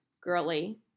girly